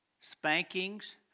Spankings